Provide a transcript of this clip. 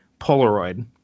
polaroid